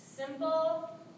Simple